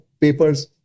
papers